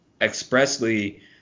expressly